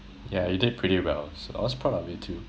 yeah you did pretty well so I was proud of you too